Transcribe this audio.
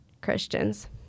christians